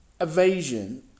evasion